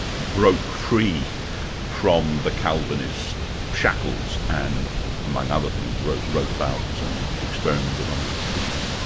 broke free from the calvinist shackles and among other things, wrote wrote about and experimented on electricity.